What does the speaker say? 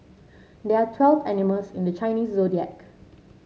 there are twelve animals in the Chinese Zodiac